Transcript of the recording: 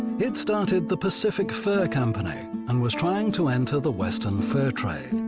he'd started the pacific fur company, and was trying to enter the western fur trade.